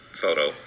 photo